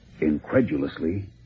Incredulously